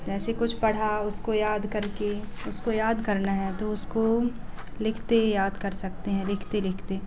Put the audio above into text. ऐसे कुछ पढ़ा उसको याद करके उसको याद करना है तो उसको लिखते याद कर सकते हैं लिखते लिखते